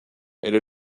elle